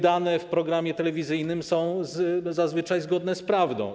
Dane w programie telewizyjnym są zazwyczaj zgodne z prawdą.